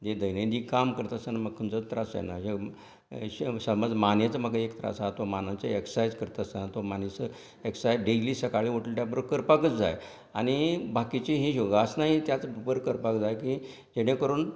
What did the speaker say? जे दैनंदीन काम करता आसतना म्हाका खंयचोच त्रास जायना हे समज मानेचो म्हाका एक त्रास आसा तो मानाचो एक्सर्सायज करता आसतना तो मानेचो एक्सर्सायज डेली सकाळीं उठल्या त्या बरोबर करपाकच जाय आनी बाकिची ही योगासनां ही त्याच बरोबर करपाक जाय की जेणे करून